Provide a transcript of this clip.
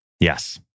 Yes